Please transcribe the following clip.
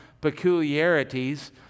peculiarities